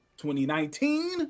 2019